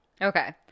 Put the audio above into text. okay